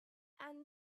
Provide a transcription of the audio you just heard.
and